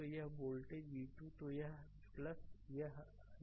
तो यह voltage v2 तो यह है यह है